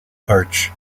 arch